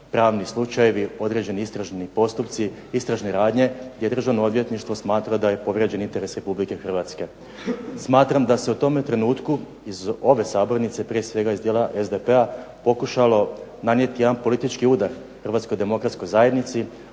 pravni slučajevi, određeni istražni postupci, istražne radnje jer Državno odvjetništvo smatra da je povrijeđen interes Republike Hrvatske. Smatram da se u tome trenutku iz ove sabornice, prije svega iz dijela SDP-a pokušalo nanijeti jedan politički udar Hrvatskoj demokratskoj zajednici,